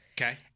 Okay